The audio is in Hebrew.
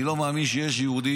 אני לא מאמין שיש יהודי